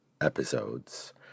episodes